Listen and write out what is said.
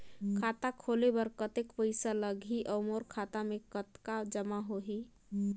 खाता खोले बर कतेक पइसा लगही? अउ मोर खाता मे कतका जमा होही?